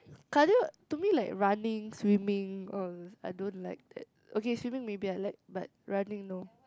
cardio to me like running swimming all I don't like that okay swimming maybe I like but running no